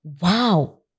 Wow